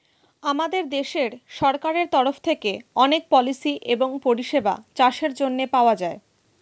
আমাদের দেশের সরকারের তরফ থেকে অনেক পলিসি এবং পরিষেবা চাষের জন্যে পাওয়া যায়